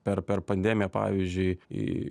per per pandemiją pavyzdžiui į